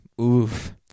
Oof